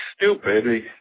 stupid